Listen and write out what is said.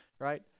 right